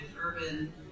urban